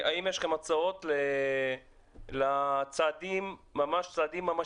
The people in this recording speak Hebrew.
האם יש לכם הצעות לצעדים ממשיים,